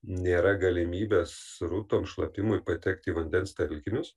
nėra galimybės srutom šlapimui patekt į vandens telkinius